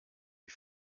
die